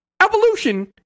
Evolution